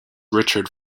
richard